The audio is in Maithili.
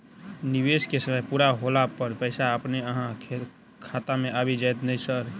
निवेश केँ समय पूरा होला पर पैसा अपने अहाँ खाता मे आबि जाइत नै सर?